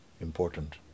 important